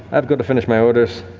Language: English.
i've got to finish my orders.